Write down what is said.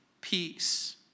peace